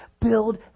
build